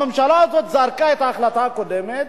הממשלה הזאת זרקה את ההחלטה הקודמת,